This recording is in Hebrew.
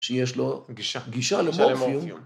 שיש לו גישה למורפיום